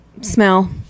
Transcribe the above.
smell